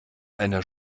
einer